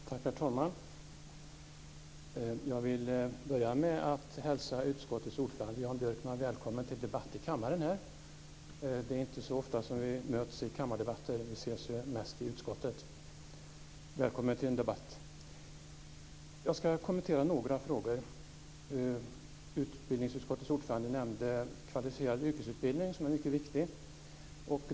Herr talman! Jag vill börja med att hälsa utskottets ordförande Jan Björkman välkommen till debatt i kammaren. Det är inte så ofta vi möts i kammardebatter; vi ses mest i utskottet. Välkommen till debatten! Jag ska kommentera några frågor. Utbildningsutskottets ordförande nämnde kvalificerad yrkesutbildning, något som är mycket viktigt.